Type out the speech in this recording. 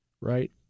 right